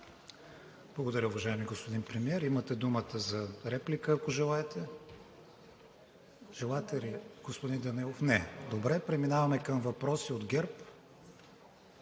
Благодаря, уважаеми господин Премиер. Имате думата за реплика, ако желаете? Желаете ли, господин Данаилов? Не, добре. Преминаваме към въпроси от ГЕРБ-СДС.